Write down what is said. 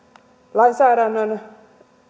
lainsäädännön